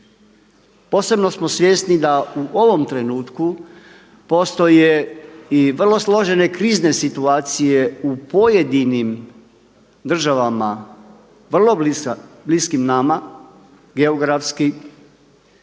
Posebno smo svjesni da u ovom trenutku postoje i vrlo složene krizne situacije u pojedinim državama vrlo bliskim nama, geografskim,